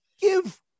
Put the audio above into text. give